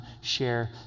share